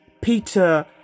Peter